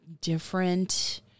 different